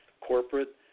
Corporate